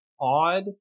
odd